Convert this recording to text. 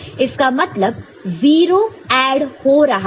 इसका मतलब 0 ऐड हो रहा है